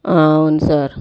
ఆ అవును సర్